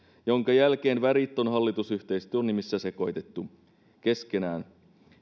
minkä jälkeen värit on hallitusyhteistyön nimissä sekoitettu keskenään